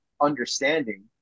understanding